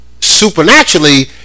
Supernaturally